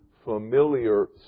familiar